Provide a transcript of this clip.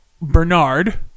Bernard